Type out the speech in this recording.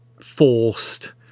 forced